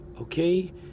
okay